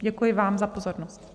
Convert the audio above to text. Děkuji vám za pozornost.